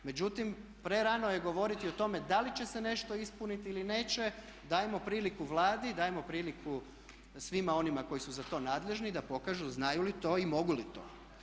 Međutim, prerano je govoriti o tome da li će se nešto ispuniti ili neće, dajmo priliku Vladi, dajmo priliku svima onima koji su za to nadležni da pokažu znaju li to i mogu li to.